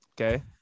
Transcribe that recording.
okay